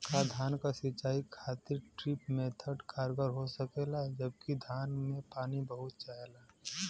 का धान क सिंचाई खातिर ड्रिप मेथड कारगर हो सकेला जबकि धान के पानी बहुत चाहेला?